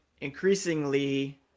increasingly